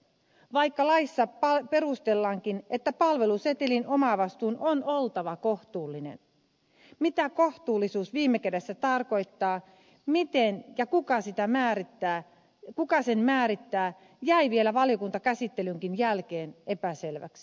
vaikka laissa perustellaankin että palvelusetelin omavastuun on oltava kohtuullinen se mitä kohtuullisuus viime kädessä tarkoittaa miten ja kuka sen määrittää jäi vielä valiokuntakäsittelynkin jälkeen epäselväksi